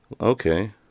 Okay